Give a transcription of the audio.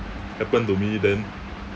happen to me then